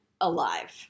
alive